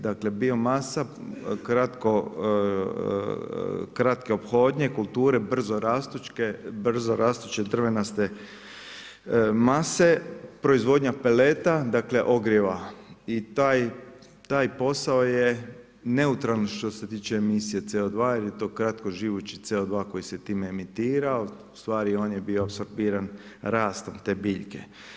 Dakle, bio masa, kratke ophodnje, kulture, brzo rastuće drvenaste mase, proizvodnja peleta, dakle, ogrjeva i taj posao je nekulturan što se tiče emisije CO2, jer je to kratko živući CO2 koji se time emitira, ustvari on je bio apsorbiran rastom te biljke.